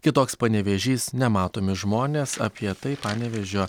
kitoks panevėžys nematomi žmonės apie tai panevėžio